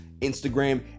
Instagram